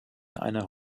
einer